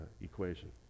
equation